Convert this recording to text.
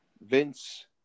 Vince